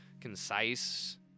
concise